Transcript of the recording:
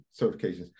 certifications